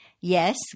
Yes